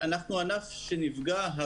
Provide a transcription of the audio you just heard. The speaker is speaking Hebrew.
אנחנו הכנף הראשון שנפגע,